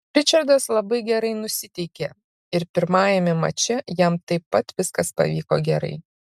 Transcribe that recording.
ričardas labai gerai nusiteikė ir pirmame mače jam taip pat viskas pavyko gerai